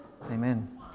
Amen